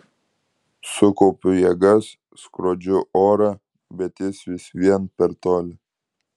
sukaupiu jėgas skrodžiu orą bet jis vis vien per toli